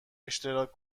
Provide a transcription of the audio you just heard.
اشتراک